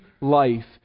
life